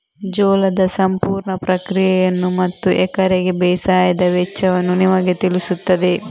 ಜೋಳದ ಸಂಪೂರ್ಣ ಪ್ರಕ್ರಿಯೆಯನ್ನು ಮತ್ತು ಎಕರೆಗೆ ಬೇಸಾಯದ ವೆಚ್ಚವನ್ನು ನಿಮಗೆ ತಿಳಿಸುತ್ತದೆ